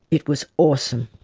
it was awesome.